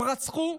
הם רצחו,